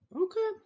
Okay